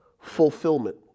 fulfillment